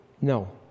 no